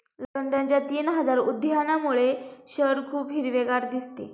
लंडनच्या तीन हजार उद्यानांमुळे शहर खूप हिरवेगार दिसते